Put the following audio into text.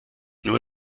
nur